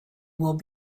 will